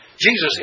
Jesus